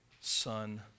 son